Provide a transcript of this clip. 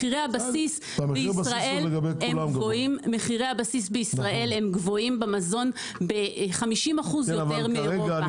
מחירי הבסיס הם גבוהים במזון ב-50% יותר מאירופה.